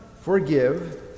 forgive